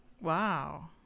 wow